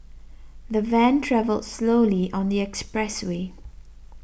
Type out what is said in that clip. the van travelled slowly on the expressway